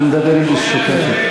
הוא מדבר יידיש שוטפת.